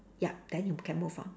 ya then you can move on